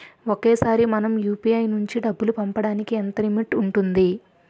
ఒకేసారి మనం యు.పి.ఐ నుంచి డబ్బు పంపడానికి ఎంత లిమిట్ ఉంటుంది?